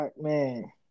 Man